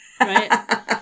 right